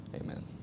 amen